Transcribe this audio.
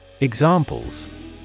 Examples